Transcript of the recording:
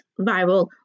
viral